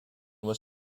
was